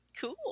cool